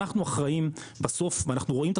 אנחנו אחראים בסוף ואנחנו רואים את